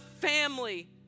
family